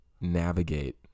navigate